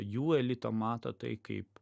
jų elito mato tai kaip